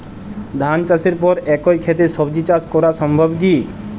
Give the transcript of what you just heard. ধান চাষের পর একই ক্ষেতে সবজি চাষ করা সম্ভব কি?